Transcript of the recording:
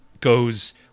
goes